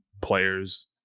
players